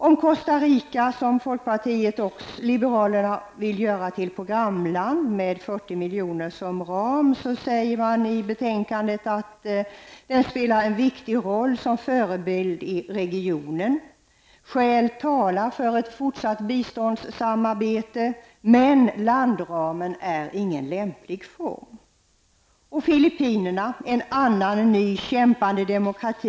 Om Costa Rica, som vi i folkpartiet liberalerna vill göra till ett programland -- med en landram om 40 miljoner -- sägs det i betänkandet att det spelar en viktig roll som förebild i regionen. Vidare kan man läsa: Skäl talar för ett fortsatt biståndssamarbete. Men landramen är ingen lämplig form. Filippinerna är en annan ny kämpande demokrati.